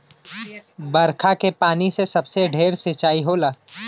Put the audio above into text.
बरखा के पानी से सबसे ढेर सिंचाई होला